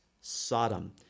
Sodom